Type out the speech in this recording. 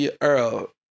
Earl